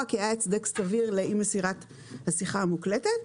שהיה הצדק סביר לאי מסירת השיחה המוקלטת.